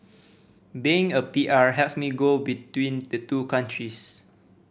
being a P R helps me go between the two countries